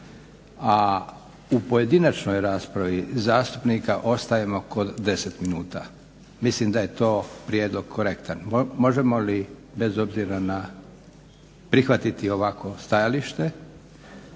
a u pojedinačnoj raspravi zastupnika ostajemo kod 10 minuta. Mislim da je to prijedlog korektan. Možemo li prihvatiti ovako stajalište?